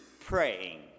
praying